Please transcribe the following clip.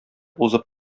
узып